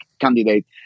candidate